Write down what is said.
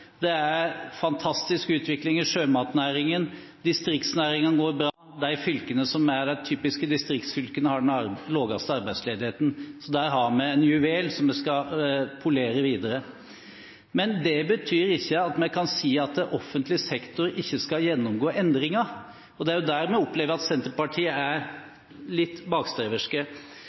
det er fantastisk utvikling i sjømatnæringen, distriktsnæringene går bra. De fylkene som er de typiske distriktsfylkene, har den laveste arbeidsledigheten, så der har vi en juvel som vi skal polere videre. Men det betyr ikke at vi kan si at offentlig sektor ikke skal gjennomgå endringer, og det er der vi opplever at Senterpartiet er litt bakstreverske.